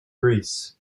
grease